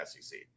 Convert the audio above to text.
SEC